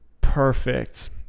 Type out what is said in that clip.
perfect